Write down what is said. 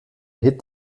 hit